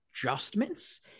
adjustments